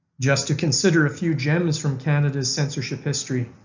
just to consider a few gems from canada's censorship history,